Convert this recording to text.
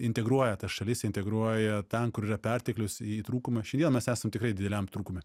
integruoja tas šalis integruoja ten kur yra perteklius į trūkumą šiandieną mes esam tikrai dideliam trūkume